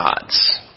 God's